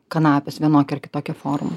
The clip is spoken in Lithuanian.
kanapes vienokia ar kitokia forma